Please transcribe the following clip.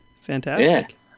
Fantastic